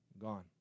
gone